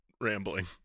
rambling